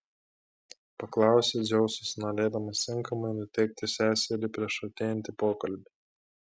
paklausė dzeusas norėdamas tinkamai nuteikti seserį prieš artėjantį pokalbį